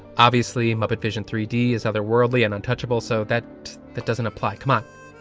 obviously muppet vision three d is other worldly and untouchable so that that doesn't apply. come on.